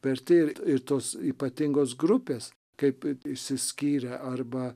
verti ir ir tos ypatingos grupės kaip išsiskyrę arba